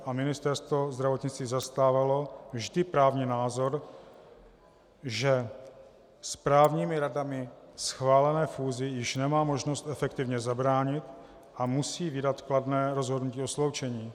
A Ministerstvo zdravotnictví zastávalo vždy právní názor, že správními radami schválené fúzi již nemá možnost efektivně zabránit a musí vydat kladné rozhodnutí o sloučení.